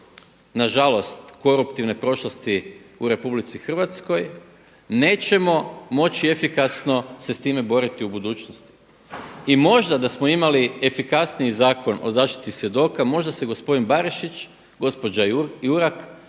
nažalost koruptivne prošlosti u RH nećemo moći efikasno se s time boriti u budućnosti. I možda da smo imali efikasniji Zakon o zaštiti svjedoka, možda se gospodin Barišić, gospođa Jurak,